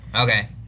okay